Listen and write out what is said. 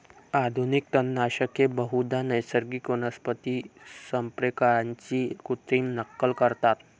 आधुनिक तणनाशके बहुधा नैसर्गिक वनस्पती संप्रेरकांची कृत्रिम नक्कल करतात